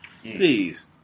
Please